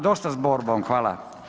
Dosta s borbom, hvala.